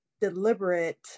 deliberate